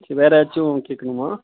சரி வேறு ஏதாச்சும் கேட்கணுமா